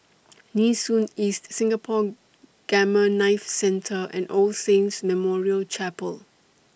Nee Soon East Singapore Gamma Knife Centre and All Saints Memorial Chapel